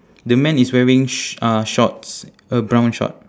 the man is wearing sh~ uh shorts a brown short